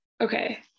Okay